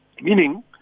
Meaning